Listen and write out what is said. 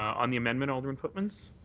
on the amendment, alderman pootmans.